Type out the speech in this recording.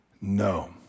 No